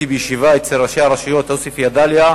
בישיבה אצל ראשי הרשויות עוספיא-דאליה.